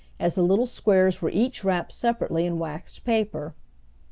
as the little squares were each wrapped separately in waxed paper.